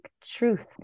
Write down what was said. truth